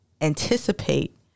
anticipate